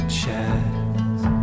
chest